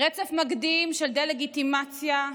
רצף מקדים של דה-לגיטימציה,